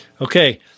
Okay